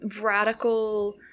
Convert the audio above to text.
radical